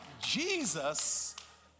Jesus